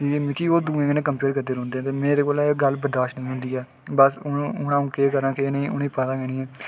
ते मिगी ओह् दूऐ कन्नै कम्पेयर करदे रौंह्दे ते मेरे कोला एह् गल्ल बर्दाश्त निं होंदी ऐ ते बस अ'ऊं हून केह् करां जां केह् नेईं एह् उनें गी पता निं ऐ